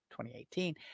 2018